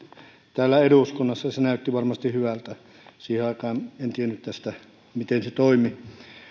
täällä eduskunnassa se näytti varmasti hyvältä siihen aikaan en tiennyt tästä miten se toimi